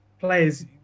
players